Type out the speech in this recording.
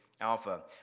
Alpha